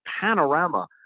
panorama